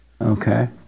Okay